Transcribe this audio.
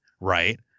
right